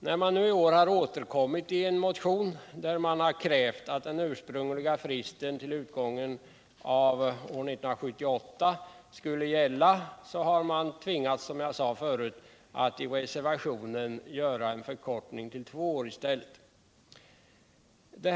När man nu i år har återkommit i en motion, där man har krävt att den ursprungliga fristen till utgången av 1978 skulle gälla, har man tvingats — som jag sade förut — att i reservationen göra en förkortning till två år i stället.